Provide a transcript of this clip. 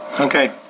okay